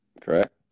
Correct